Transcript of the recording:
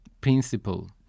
principle